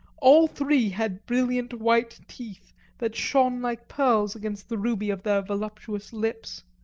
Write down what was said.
all three had brilliant white teeth that shone like pearls against the ruby of their voluptuous lips.